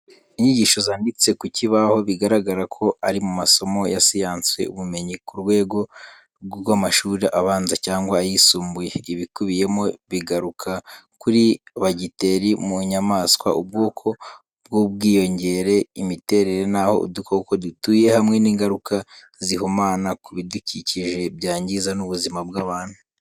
Inyigisho zanditse ku kibaho, bigaragara ko ari mu masomo ya science ubumenyi, ku rwego rw’amashuri abanza cyangwa ayisumbuye. Ibikubiyemo bigaruka kuri bagiteri mu nyamaswa, ubwoko bw’ubwiyongere, imiterere n’aho udukoko dutuye hamwe n’ingaruka z'ihumana ku bidukikije byangiza n'ubuzima bw'abantu.